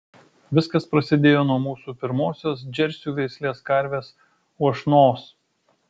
viskas prasidėjo nuo mūsų pirmosios džersių veislės karvės uošnos